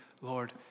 Lord